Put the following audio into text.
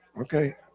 Okay